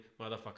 Motherfucker